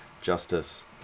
justice